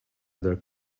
other